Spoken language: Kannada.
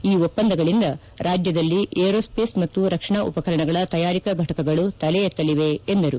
ಈ ಒಪ್ಪಂದಗಳಿಂದ ರಾಜ್ಯದಲ್ಲಿ ಏರೋ ಸ್ಲೇಸ್ ಮತ್ತು ರಕ್ಷಣಾ ಉಪಕರಣಗಳ ತಯಾರಿಕಾ ಘಟಕಗಳು ತಲೆ ಎತ್ತಲಿವೆ ಎಂದರು